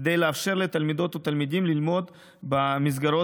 כדי לאפשר לתלמידות ולתלמידים ללמוד במסגרות